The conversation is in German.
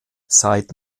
seit